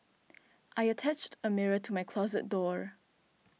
I attached a mirror to my closet door